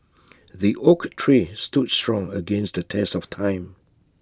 the oak tree stood strong against the test of time